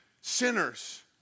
sinners